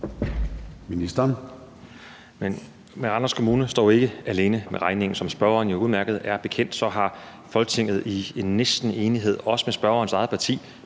Randers Kommune står jo ikke alene med regningen. Som spørgeren jo udmærket er bekendt med, har Folketinget i næsten enighed, også med spørgerens eget parti,